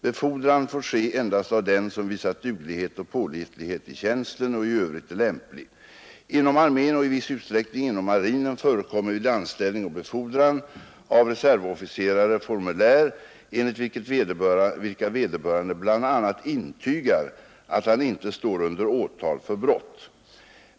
Befordran får ske endast av den som visat duglighet och pålitlighet i tjänsten och i övrigt är lämplig. Inom armén och i viss utsträckning inom marinen förekommer vid anställning och befordran av reservofficerare formulär, enligt vilka vederbörande bl.a. intygar att han inte står under åtal för brott.